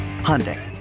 Hyundai